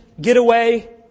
getaway